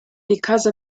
because